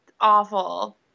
Awful